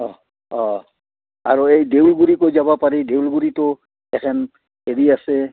অঁ অঁ আৰু এই দেউলগুৰিলৈ যাব পাৰি দেউলগুৰিতো এখেন হেৰি আছে